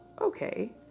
okay